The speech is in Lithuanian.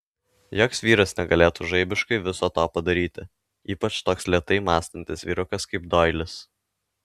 joks vyras negalėtų žaibiškai viso to padaryti ypač toks lėtai mąstantis vyrukas kaip doilis